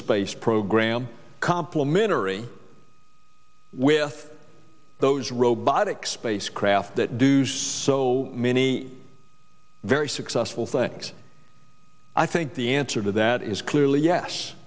space program complimentary with those robotic spacecraft that do so many very successful things i think the answer to that is clearly yes